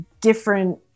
different